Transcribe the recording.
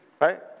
Right